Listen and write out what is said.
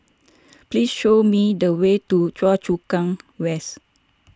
please show me the way to Choa Chu Kang West